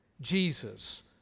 Jesus